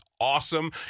awesome